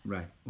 Right